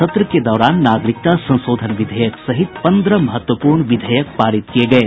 सत्र के दौरान नागरिकता संशोधन विधेयक सहित पन्द्रह महत्वपूर्ण विधेयक पारित किये गये